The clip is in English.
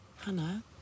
hannah